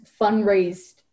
fundraised